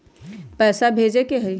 पैसा भेजे के हाइ?